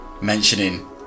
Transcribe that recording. mentioning